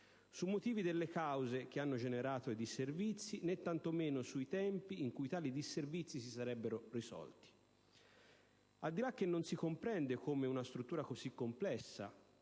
sui motivi delle cause che hanno generato disservizi né tanto meno sui tempi in cui tali disservizi si sarebbero risolti. Al di là del fatto che non si comprende come una struttura così complessa